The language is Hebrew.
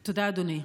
תודה, אדוני.